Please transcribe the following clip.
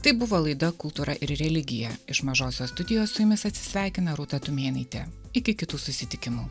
tai buvo laida kultūra ir religija iš mažosios studijos su jumis atsisveikina rūta tumėnaitė iki kitų susitikimų